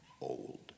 old